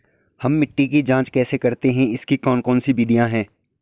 हम मिट्टी की जांच कैसे करते हैं इसकी कौन कौन सी विधियाँ है?